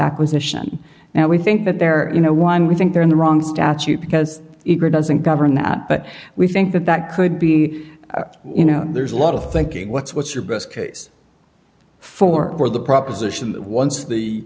acquisition now we think that they're you know one we think they're in the wrong statute because it doesn't govern that but we think that that could be you know there's a lot of thinking what's what's your best case for the proposition that once the